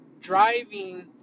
driving